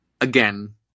again